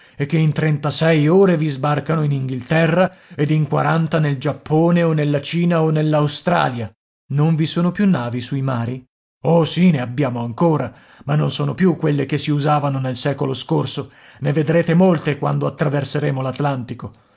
e che in trentasei ore vi sbarcano in inghilterra ed in quaranta nel giappone o nella cina o nell'australia non vi sono più navi sui mari oh sì ne abbiamo ancora ma non sono più quelle che si usavano nel secolo scorso ne vedrete molte quando attraverseremo